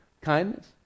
kindness